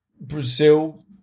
Brazil